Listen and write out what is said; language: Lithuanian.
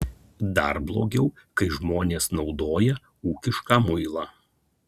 dar blogiau kai žmonės naudoja ūkišką muilą